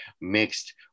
mixed